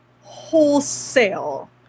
wholesale